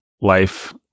life